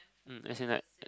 um as in like